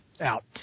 out